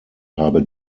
habe